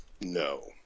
No